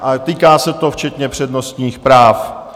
A týká se to včetně přednostních práv.